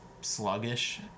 sluggish